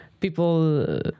People